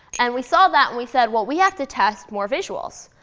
and we saw that, and we said, well, we have to test more visuals.